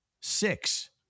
Six